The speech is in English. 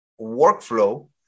workflow